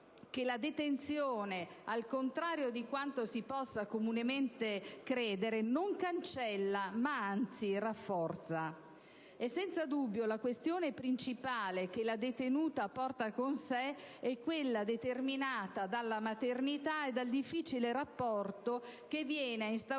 che la detenzione, al contrario di quanto si possa comunemente credere, non cancella, ma anzi rafforza. E, senza alcun dubbio, la questione principale che la detenuta porta con sé è quella determinata dalla maternità e dal difficile rapporto che viene ad instaurarsi